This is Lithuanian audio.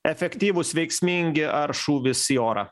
efektyvūs veiksmingi ar šūvis į orą